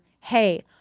Hey